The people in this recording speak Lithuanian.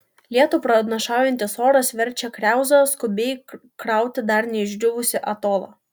lietų pranašaujantis oras verčia kriauzą skubiai krauti dar neišdžiūvusį atolą